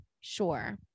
sure